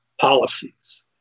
policies